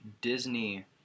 Disney